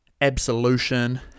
absolution